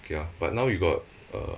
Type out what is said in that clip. okay ya but now you got err